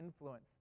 influence